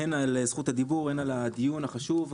הן על זכות הדיבור והן על הדיון החשוב,